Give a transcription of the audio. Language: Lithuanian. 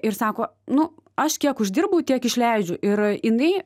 ir sako nu aš kiek uždirbu tiek išleidžiu ir jinai